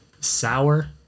sour